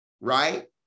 right